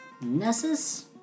Nessus